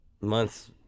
months